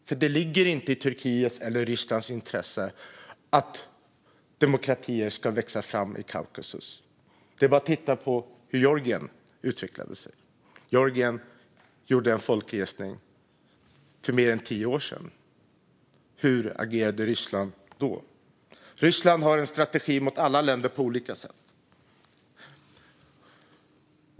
Det ligger nämligen inte i Turkiets eller Rysslands intresse att demokratier ska växa fram i Kaukasus. Det är bara att titta på hur Georgien utvecklade sig. Georgien gjorde en folkresning för mer än tio år sedan. Hur agerade Ryssland då? Ryssland har en strategi mot alla länder, på olika sätt.